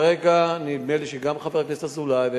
כרגע נדמה לי שגם חבר הכנסת אזולאי,